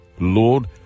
Lord